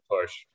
push